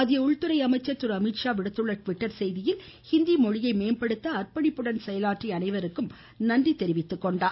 மத்திய உள்துறை அமைச்சர் திரு அமீத்ா விடுத்துள்ள ட்விட்டர் செய்தியில் ஹிந்தி மொழியை மேம்படுத்த அர்ப்பணிப்புடன் செயலாற்றிய அனைவருக்கும் நன்றி தெரிவித்துக்கொண்டார்